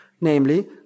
namely